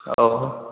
ହଉ